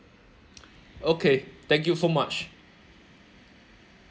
okay thank you so much